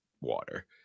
water